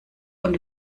und